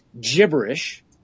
gibberish